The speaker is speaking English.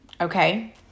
okay